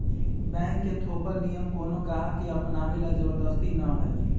bank के थोपल नियम कोनो गाहक के अपनावे ला जबरदस्ती न हई